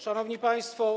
Szanowni Państwo!